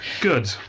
Good